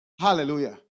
Hallelujah